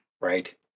Right